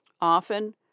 Often